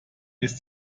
ist